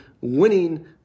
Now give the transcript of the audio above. winning